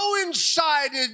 coincided